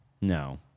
No